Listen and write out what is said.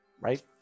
right